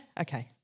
okay